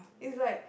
it's like